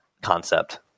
concept